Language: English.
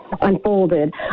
unfolded